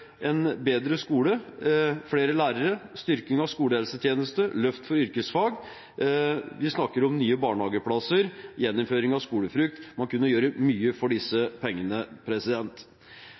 en bedre skole, flere lærere, styrking av skolehelsetjeneste, løft for yrkesfag. Vi snakker om nye barnehageplasser, gjeninnføring av skolefrukt – man kunne gjort mye for disse pengene.